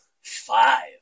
Five